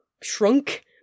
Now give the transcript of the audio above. shrunk